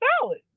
solid